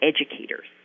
educators